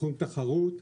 בתחום תחרות,